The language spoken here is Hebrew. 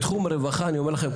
בתחום הרווחה אני אומר לכם,